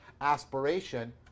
aspiration